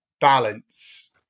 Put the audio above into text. balance